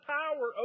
power